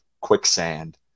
quicksand